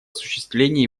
осуществлении